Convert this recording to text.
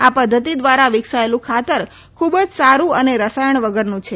આ પદ્ધતિ દ્વારા વિકસાવાયેલું ખાતર ખૂબ જ સારુ અને રસાયણ વગરનું છે